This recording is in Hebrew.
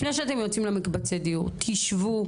לפני שאתם יוצאים למקבצי הדיון תשבו,